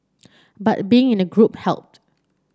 but being in a group helped